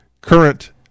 current